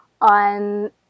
on